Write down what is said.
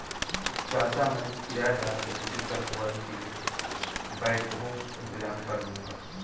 चाचा मैं किराएदार को सूचित कर बुवाई के लिए बैकहो इंतजाम करलूंगा